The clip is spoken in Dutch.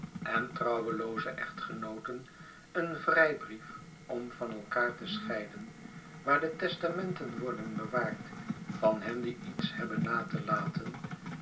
en trouwelooze echtgenooten een vrijbrief om van elkaar te scheiden waar de testamenten worden bewaard van hen die iets hebben na te laten